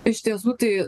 iš tiesų tai